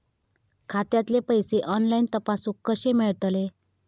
खात्यातले पैसे ऑनलाइन तपासुक कशे मेलतत?